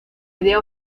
idea